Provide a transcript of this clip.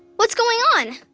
what's going on?